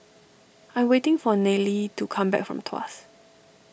I am waiting for Nayely to come back from Tuas